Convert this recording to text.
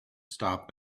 stop